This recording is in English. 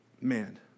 man